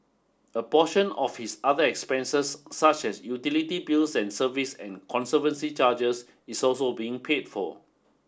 a portion of his other expenses such as utility bills and service and conservancy charges is also being paid for